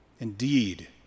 indeed